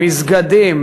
מסגדים,